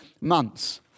months